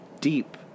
deep